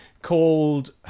Called